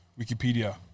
Wikipedia